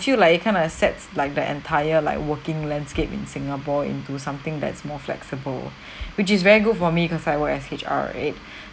feel like it kind of sets like the entire like working landscape in singapore into something that's more flexible which is very good for me cause I work as H_R right